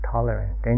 Tolerant